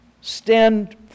Stand